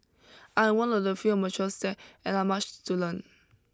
I am one of the few amateurs there and I much to learn